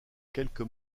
quelques